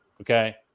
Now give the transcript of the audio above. okay